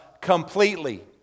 completely